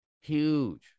huge